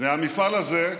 המפעל הזה,